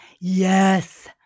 Yes